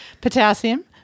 Potassium